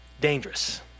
dangerous